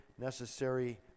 necessary